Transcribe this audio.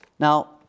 Now